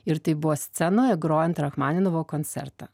ir tai buvo scenoje grojant rachmaninovo koncertą